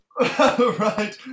Right